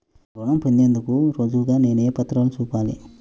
రుణం పొందేందుకు రుజువుగా నేను ఏ పత్రాలను చూపాలి?